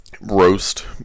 roast